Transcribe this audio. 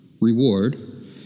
reward